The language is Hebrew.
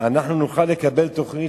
אנחנו נוכל לקבל תוכנית,